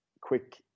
quick